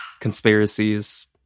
conspiracies